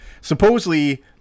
Supposedly